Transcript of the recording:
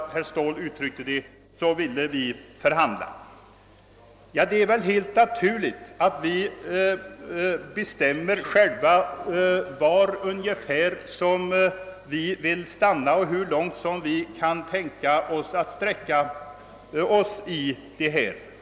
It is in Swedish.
Men det är väl helt naturligt att vi själva bestämmer ungefär var vi vill stanna och hur långt vi kan sträcka oss i denna fråga.